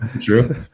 True